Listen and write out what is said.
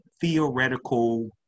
theoretical